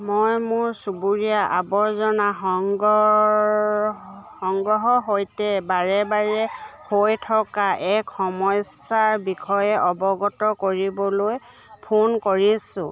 মই মোৰ চুবুৰীয়া আৱৰ্জনা সংগ্ৰ সংগ্ৰহৰ সৈতে বাৰে বাৰে হৈ থকা এক সমস্যাৰ বিষয়ে অৱগত কৰিবলৈ ফোন কৰিছোঁ